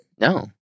No